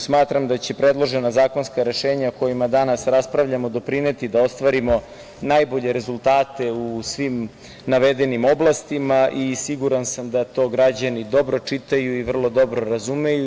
Smatram da će predložena zakonska rešenja o kojima danas raspravljamo doprineti da ostvarimo najbolje rezultate u svim navedenim oblastima i siguran sam da to građani dobro čitaju i vrlo dobro razumeju.